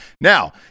Now